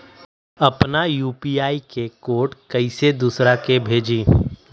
अपना यू.पी.आई के कोड कईसे दूसरा के भेजी?